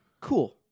Cool